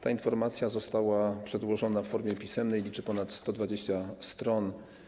Ta informacja została przedłożona w formie pisemnej, liczy ponad 120 stron.